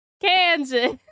Kansas